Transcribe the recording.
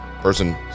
person